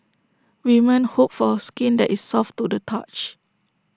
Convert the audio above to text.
women hope for skin that is soft to the touch